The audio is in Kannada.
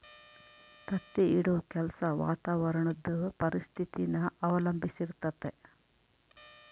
ತತ್ತಿ ಇಡೋ ಕೆಲ್ಸ ವಾತಾವರಣುದ್ ಪರಿಸ್ಥಿತಿನ ಅವಲಂಬಿಸಿರ್ತತೆ